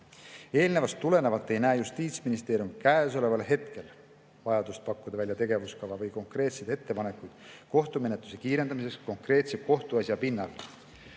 Eelnevast tulenevalt ei näe Justiitsministeerium käesoleval hetkel vajadust pakkuda välja tegevuskava või konkreetseid ettepanekuid kohtumenetluse kiirendamiseks konkreetse kohtuasja pinnalt.